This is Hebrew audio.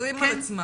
שחוזרים על עצמם.